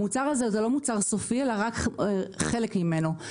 המוצר הזה הוא לא מוצר סופי, אלא רק חלק ממנו.